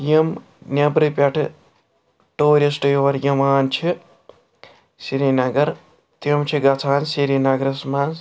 یِم نیٚبرٕ پٮ۪ٹھٕ ٹوٗرِسٹ یور یِوان چھِ سرییٖنَگَر تِم چھِ گَژھان سرییٖنَگرَس منٛز